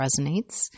resonates